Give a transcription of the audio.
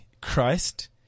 Christ